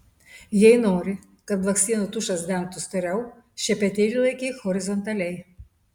jei nori kad blakstienų tušas dengtų storiau šepetėlį laikyk horizontaliai